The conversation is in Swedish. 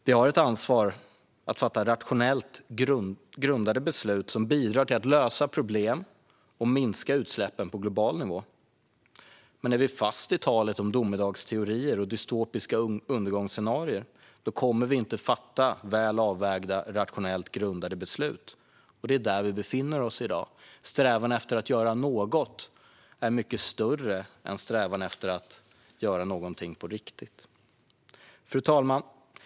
Vi har ett ansvar att fatta rationellt grundade beslut som bidrar till att lösa problem och minska utsläppen på global nivå. Men om vi är fast i domedagsteorier och dystopiska undergångsscenarier kommer vi inte att fatta några väl avvägda, rationellt grundade beslut. Det är där vi befinner oss i dag. Strävan efter att göra något är mycket större än strävan efter att göra någonting på riktigt . Fru talman!